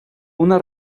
una